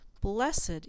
Blessed